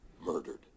Murdered